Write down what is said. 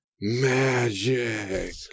magic